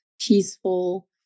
peaceful